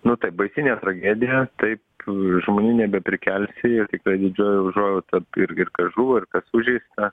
nu taip baisinė tragedija taip žmonių nebeprikelsi tikrai didžioji užuojauta ir ir kas žuvo ir kas sužeista